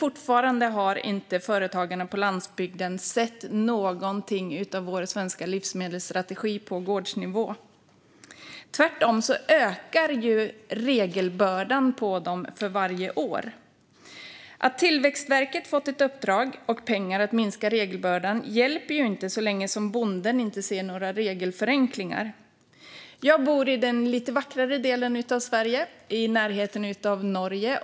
Fortfarande har inte företagarna på landsbygden sett någonting av vår svenska livsmedelsstrategi på gårdsnivå, utan tvärtom ökar regelbördan på dem för varje år. Att Tillväxtverket fått i uppdrag att minska regelbördan - och pengar för att göra detta - hjälper ju inte så länge bonden inte ser några regelförenklingar. Jag bor i den lite vackrare delen av Sverige, i närheten av Norge.